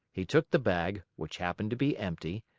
he took the bag, which happened to be empty,